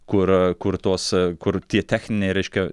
kur kur tos kur tie techniniai reiškia